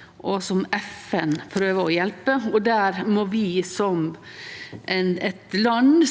hjelp, FN prøver å hjelpe. Der har vi som eit land